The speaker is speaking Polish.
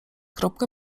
kropkę